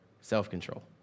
self-control